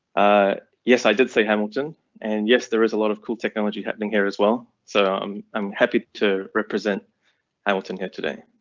ah, yes i did say hamilton and yes, there is a lot of cool technology happening here as well, so i'm i'm happy to represent hamilton here today.